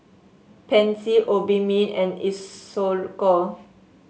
Pansy Obimin and Isocal